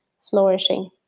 flourishing